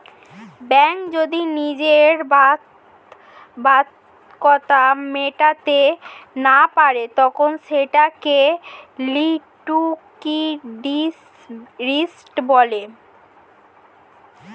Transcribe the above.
bank যদি নিজের বাধ্যবাধকতা মেটাতে না পারে তখন সেটাকে লিক্যুইডিটি রিস্ক বলে